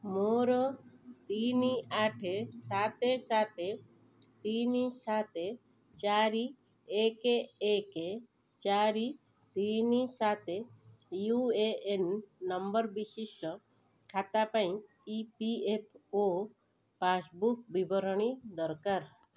ମୋର ତିନି ଆଠ ସାତ ତିନି ସାତ ଚାରି ଏକ ଏକ ଚାରି ତିନି ସାତ ୟୁ ଏ ଏନ୍ ନମ୍ବର ବିଶିଷ୍ଟ ଖାତା ପାଇଁ E P F O passbook ବିବରଣୀ ଦରକାର